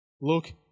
look